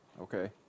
Okay